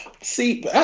See